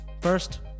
First